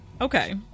okay